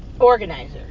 organizer